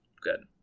good